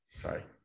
Sorry